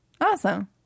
Awesome